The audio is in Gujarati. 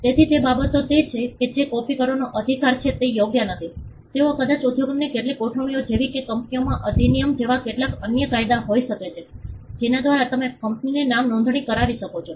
તેથી તે બાબતો તે છે કે તે કોપિનો અધિકાર છે તે યોગ્ય નથી તેઓ કદાચ ઉદ્યોગની કેટલીક ગોઠવણીઓ જેવી કે કંપનીઓના અધિનિયમ જેવા કેટલાક અન્ય કાયદા હોઈ શકે છે જેના દ્વારા તમે કંપનીની નામ નોંધણી કરાવી શકો છો